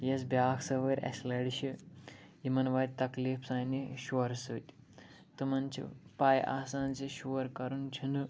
یۄس بیٛاکھ سوٲرۍ اسہِ لَڑِ چھِ یِمَن واتہِ تکلیٖف سانہِ شورٕ سۭتۍ تِمَن چھِ پاے آسان زِ شوٗر کَرُن چھُنہٕ